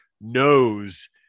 knows